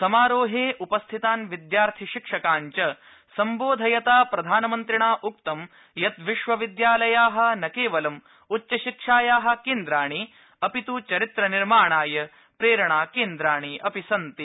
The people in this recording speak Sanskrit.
समारोहे उपस्थितान् विदयार्थि शिक्षकान् च सम्बोधयता प्रधानमन्त्रिणा उक्तं यत् विश्वविदयालया न केवलम् उच्चशिक्षाया केन्द्राणि अपित् चरित्रनिर्माणय प्रेरणाकेन्द्राणि अपि सन्ति